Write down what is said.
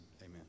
amen